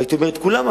הייתי אומר את כולם,